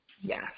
Yes